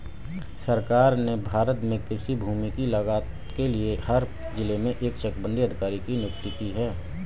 सरकार ने भारत में कृषि भूमि की लागत के लिए हर जिले में एक चकबंदी अधिकारी की नियुक्ति की है